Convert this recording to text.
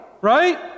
right